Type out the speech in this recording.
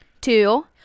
Two